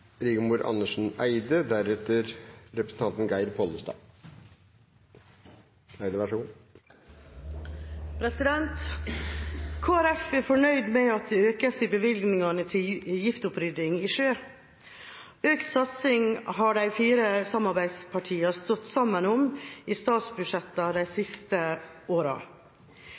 fornøyd med at det økes i bevilgningene til giftopprydding i sjø. Økt satsing har de fire samarbeidspartiene stått sammen om i statsbudsjetter de siste